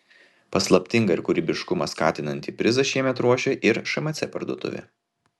paslaptingą ir kūrybiškumą skatinantį prizą šiemet ruošia ir šmc parduotuvė